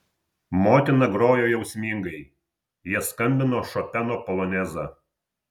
motina grojo jausmingai jie skambino šopeno polonezą